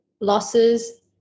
losses